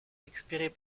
récupérées